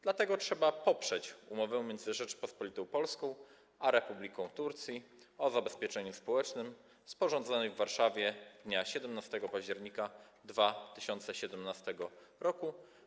Dlatego trzeba poprzeć umowę między Rzecząpospolitą Polską a Republiką Turcji o zabezpieczeniu społecznym sporządzoną w Warszawie dnia 17 października 2017 r.